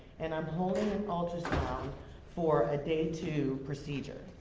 and i'm holding an ultrasound for a day two procedure.